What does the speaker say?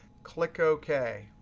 click ok.